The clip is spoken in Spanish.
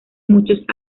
muchos